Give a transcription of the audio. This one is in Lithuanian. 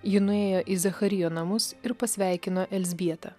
ji nuėjo į zacharijo namus ir pasveikino elzbietą